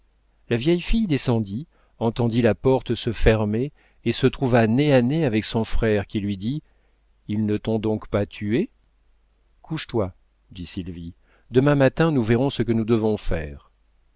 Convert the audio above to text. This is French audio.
la vieille fille descendit entendit la porte se fermer et se trouva nez à nez avec son frère qui lui dit ils ne t'ont donc pas tuée couche-toi dit sylvie demain matin nous verrons ce que nous devons faire